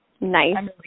nice